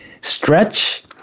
Stretch